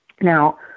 Now